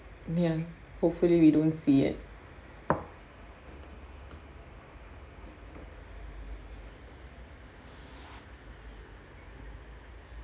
ya hopefully we don't see it